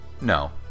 No